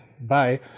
bye